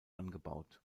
angebaut